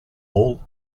all